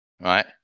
Right